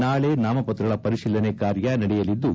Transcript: ನಾಳೆ ನಾಮಪತ್ರಗಳ ಪರಿಶೀಲನೆ ಕಾರ್ಯ ನಡೆಯಲಿದ್ದು